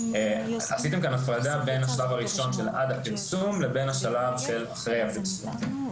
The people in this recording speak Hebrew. עשיתם כאן הפרדה בין השלב הראשון של עד הפרסום לבין השלב שאחרי הפרסום.